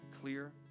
clear